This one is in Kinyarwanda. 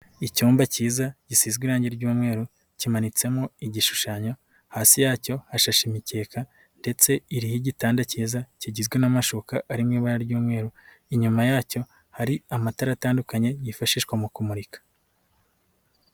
Icyumba cyiza, gisizweze irangi ry'umweru, kimanitsemo igishushanyo, hasi yacyo hashashie imikeka ndetse iriho igitanda cyiza, kigizwe n'amashuka ari mu iba ry'umweru, inyuma yacyo hari amatara atandukanye, yifashishwa mu kumurika.